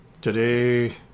Today